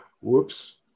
Whoops